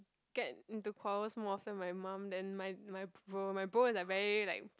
get into powers more for my mum then my my bro my bro in a very like